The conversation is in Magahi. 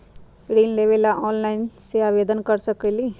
ऋण लेवे ला ऑनलाइन से आवेदन कर सकली?